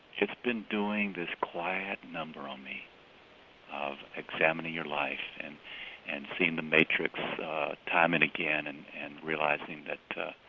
it's been doing this quiet number on me of examining your life and and seeing the matrix time and again and and realizing that